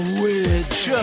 witch